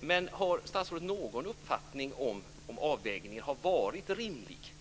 Men har statsrådet någon uppfattning om huruvida avvägningen har varit rimlig?